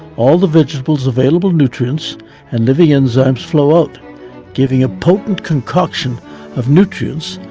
all the vegetable's available nutrients and living enzymes flow out giving a potent concoction of nutrients.